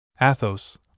Athos